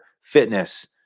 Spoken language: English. fitness